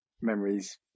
memories